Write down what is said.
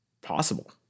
possible